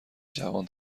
جوان